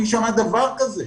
מי שמע דבר כזה?